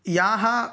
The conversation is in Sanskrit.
याः